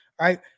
right